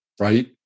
right